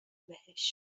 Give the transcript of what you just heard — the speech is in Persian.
بهش